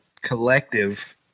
collective